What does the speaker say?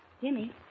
Jimmy